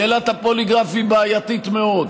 שאלת הפוליגרף היא בעייתית מאוד.